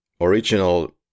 original